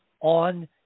on